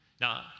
Now